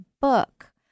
book